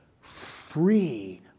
free